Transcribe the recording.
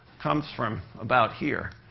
comes from about here.